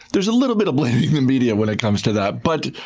there's a little bit of blaming the media when it comes to that. but